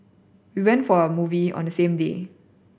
they went for a movie on the same day